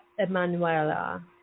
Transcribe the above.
Emanuela